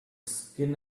skin